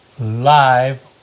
live